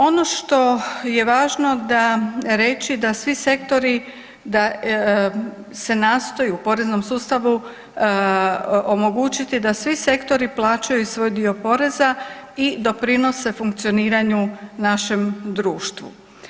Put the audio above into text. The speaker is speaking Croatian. Ono što je važno reći da svi sektori, da nastoje u poreznom sustavu omogućiti da svi sektori plaćaju svoj dio poreza i doprinose funkcioniranju našem društvu.